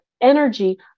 energy